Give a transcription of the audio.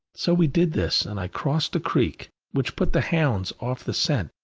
so we did this, and i crossed a creek, which put the hounds off the scent,